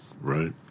right